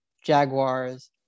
Jaguars